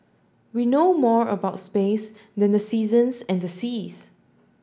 we know more about space than the seasons and the seas